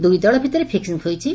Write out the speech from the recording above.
ଦୂଇ ଦଳ ଭିତରେ ଫିକୃଂ ହୋଇଛି